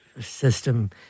system